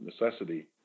necessity